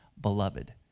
beloved